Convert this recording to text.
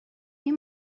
این